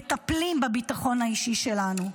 מטפלים בביטחון האישי שלנו.